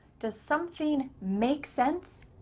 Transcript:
does something make sense?